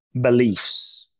beliefs